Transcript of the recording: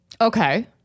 Okay